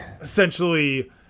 essentially